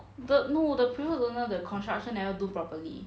the no the previous owner the construction never do properly